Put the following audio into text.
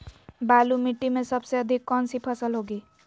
बालू मिट्टी में सबसे अधिक कौन सी फसल होगी?